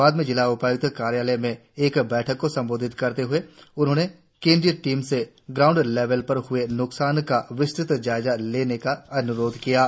बाद में जिला उपाय्क्त कार्यालय में एक बैठक को संबोधित करते हुए कहा कि उन्होंने केंद्रीय टीम से ग्राउंड लेबल पर हुए न्कसान का विस्तृत जायजा लेने का अनुरोध किया है